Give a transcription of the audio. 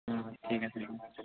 অঁ ঠিক আছে